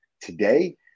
Today